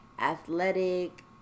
athletic